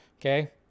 okay